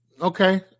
Okay